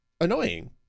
Annoying